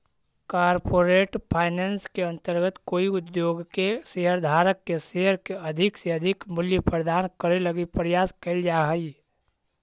corporate finance के अंतर्गत कोई उद्योग के शेयर धारक के शेयर के अधिक से अधिक मूल्य प्रदान करे लगी प्रयास कैल जा हइ